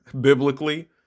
biblically